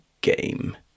Game